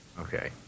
Okay